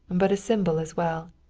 but a symbol as well.